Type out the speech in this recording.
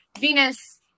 venus